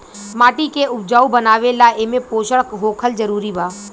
माटी के उपजाऊ बनावे ला एमे पोषण होखल जरूरी बा